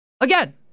Again